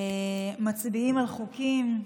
מצביעים על חוקים.